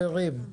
אם